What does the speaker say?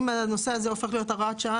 אם הנושא הזה הופך להיות הוראת שעה,